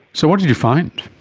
so what did you find?